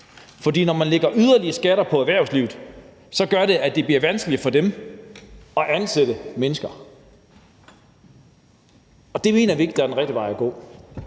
For når man lægger yderligere skatter på erhvervslivet, så gør det, at det bliver vanskeligere for dem at ansætte mennesker, og det mener vi ikke er den rigtige vej at gå.